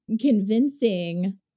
convincing